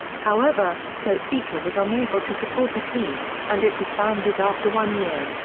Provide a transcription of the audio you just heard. however, topeka was unable to support the team, and it disbanded after one year.